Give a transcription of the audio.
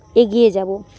এগিয়ে যাব